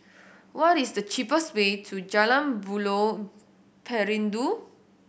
what is the cheapest way to Jalan Buloh Perindu